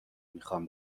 میخوام